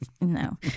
no